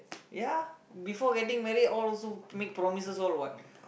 ya before getting married all also make promises all what